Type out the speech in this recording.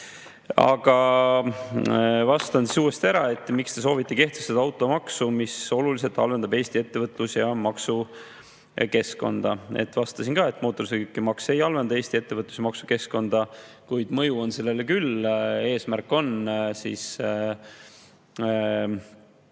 Aga vastan siis uuesti ära."Miks Te soovite kehtestada automaksu, mis oluliselt halvendab Eesti ettevõtlus- ja maksukeskkonda?" Vastasin ka, et mootorsõidukimaks ei halvenda Eesti ettevõtlus- ja maksukeskkonda, kuid mõju on sellele küll. Eesmärk on